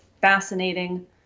fascinating